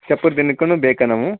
ಚಪ್ರ ದಿನಕ್ಕೂನು ಬೇಕಾ ನಾವು